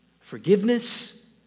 forgiveness